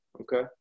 Okay